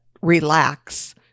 relax